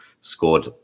scored